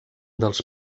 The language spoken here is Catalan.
dels